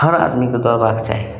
हर आदमीके दौड़बाक चाही